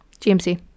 gmc